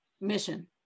mission